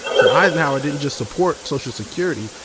so eisenhower didn't just support social security,